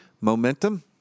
Momentum